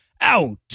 Out